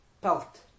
pelt